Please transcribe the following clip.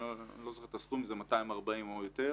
אני לא זוכר את הסכום, אם זה 240 או יותר.